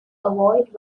avoid